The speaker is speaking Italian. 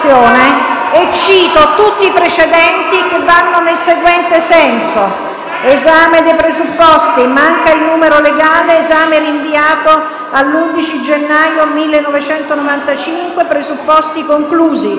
e cito tutti i precedenti che vanno nel seguente senso: esame dei presupposti, manca il numero legale e l'esame è rinviato all'11 gennaio 1995. Presupposti conclusi.